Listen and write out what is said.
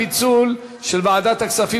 ועדת הכספים